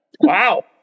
Wow